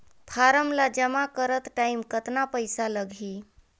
Form ला जमा करत टाइम कतना पइसा लगही?